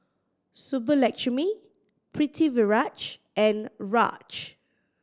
Subbulakshmi Pritiviraj and Raj